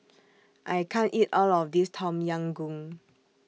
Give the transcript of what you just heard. I can't eat All of This Tom Yam Goong